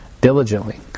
diligently